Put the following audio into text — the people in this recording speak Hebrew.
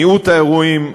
מיעוט האירועים,